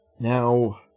Now